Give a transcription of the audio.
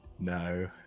No